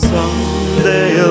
Someday